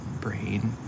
brain